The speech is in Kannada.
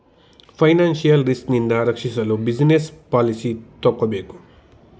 ಫೈನಾನ್ಸಿಯಲ್ ರಿಸ್ಕ್ ನಿಂದ ರಕ್ಷಿಸಲು ಬಿಸಿನೆಸ್ ಪಾಲಿಸಿ ತಕ್ಕೋಬೇಕು